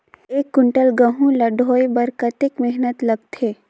एक कुंटल गहूं ला ढोए बर कतेक मेहनत लगथे?